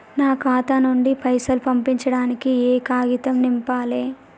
నా ఖాతా నుంచి పైసలు పంపించడానికి ఏ కాగితం నింపాలే?